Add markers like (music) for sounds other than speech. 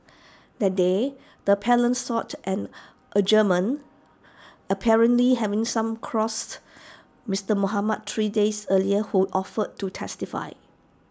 (noise) that day the appellant sought an adjournment apparently having some across Mister Mohamed three days earlier who offered to testify